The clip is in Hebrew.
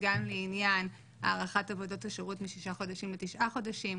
גם לעניין הארכת עבודות השירות משישה חודשים לתשעה חודשים,